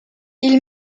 ils